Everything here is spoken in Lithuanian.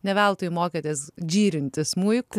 ne veltui mokėtės džyrinti smuiku